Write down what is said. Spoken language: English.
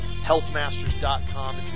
healthmasters.com